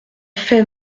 fait